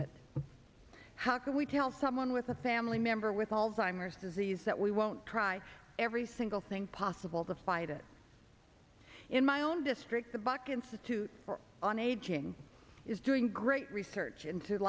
it how can we tell someone with a family member with all the timers disease that we won't try every single thing possible to fight it in my own district the buck institute for on aging is doing great research into